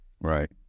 Right